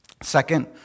second